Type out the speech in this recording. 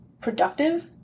productive